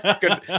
Good